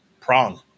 Prong